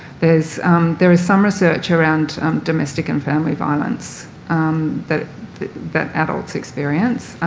there's there is some research around domestic and family violence that that adults experience.